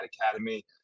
Academy